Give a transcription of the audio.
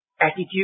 attitude